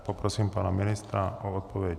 Poprosím pana ministra o odpověď.